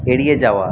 এড়িয়ে যাওয়া